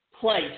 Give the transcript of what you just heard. place